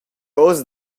ussa